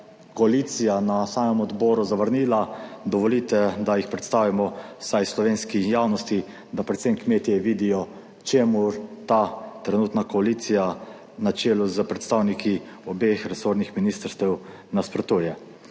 koalicija na samem odboru zavrnila, dovolite, da jih predstavimo vsaj slovenski javnosti, da predvsem kmetje vidijo čemur ta trenutna koalicija na čelu s predstavniki obeh resornih ministrstev nasprotuje.